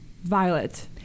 Violet